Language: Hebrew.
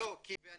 אני